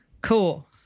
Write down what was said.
Cool